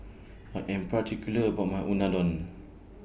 I Am particular about My Unadon